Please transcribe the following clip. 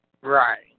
Right